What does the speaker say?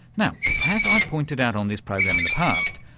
now, as i've pointed out on this program in the past,